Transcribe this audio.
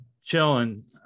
chilling